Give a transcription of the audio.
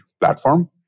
platform